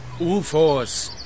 UFOs